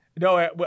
No